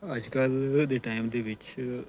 ਅੱਜ ਕੱਲ੍ਹ ਦੇ ਟਾਈਮ ਦੇ ਵਿੱਚ